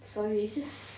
sorry it's just